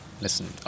listen